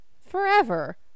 forever